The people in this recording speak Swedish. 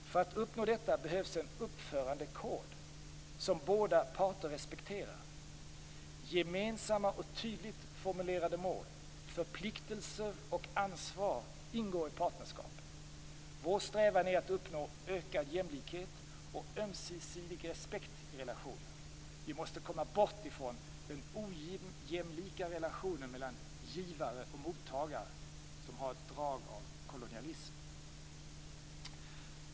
För att uppnå detta behövs en uppförandekod som båda parter respekterar. Gemensamma och tydligt formulerade mål, förpliktelser och ansvar ingår i partnerskapet. Vår strävan är att uppnå ökad jämlikhet och ömsesidig respekt i relationen. Vi måste komma bort från den ojämlika relation mellan givare och mottagare som har ett drag av kolonialism.